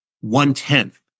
one-tenth